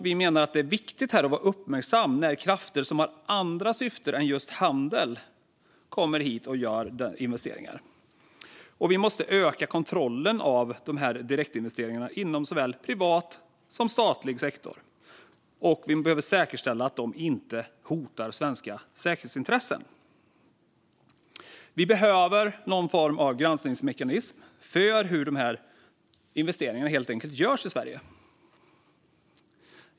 Vi menar att det är viktigt att vara uppmärksam när krafter som har andra syften än just handel kommer hit och gör investeringar. Vi måste öka kontrollen av de här direktinvesteringarna inom såväl privat som statlig sektor. Vi behöver säkerställa att de inte hotar svenska säkerhetsintressen. Vi behöver någon form av granskningsmekanism för hur dessa investeringar görs i Sverige.